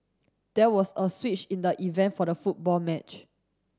there was a switch in the event for the football match